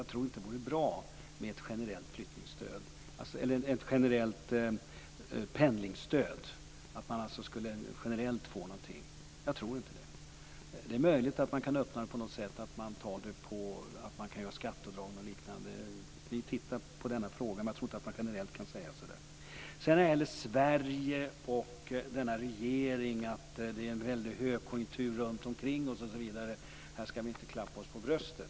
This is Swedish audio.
Jag tror inte att det vore bra med ett generellt pendlingsstöd, att man generellt får någonting. Det är möjligt att man kan göra skatteavdrag eller något liknande. Vi tittar på denna fråga, men jag tror inte att man generellt kan göra så här. När det sedan gäller frågan om Sverige, regeringen och att det är en stark högkonjunktur runtomkring osv. ska vi inte klappa oss på bröstet.